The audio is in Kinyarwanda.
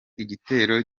igitero